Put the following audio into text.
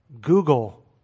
Google